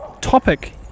topic